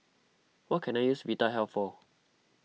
what can I use Vitahealth for